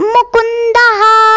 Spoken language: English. Mukundaha